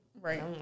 Right